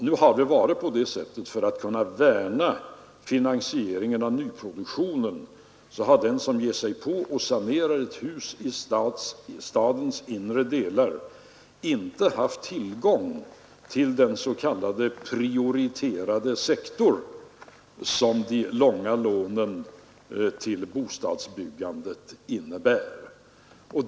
För att vi skulle värna finansieringen av nyproduktionen har den som ger sig på att sanera ett hus i stadens inre delar inte haft tillgång till den s.k. prioriterade sektorn för de långa lånen till bostadsbyggande.